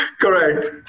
correct